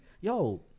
Yo